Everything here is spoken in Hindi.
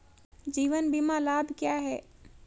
जीवन बीमा लाभ क्या हैं?